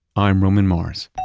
i'm roman mars.